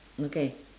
okay